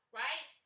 right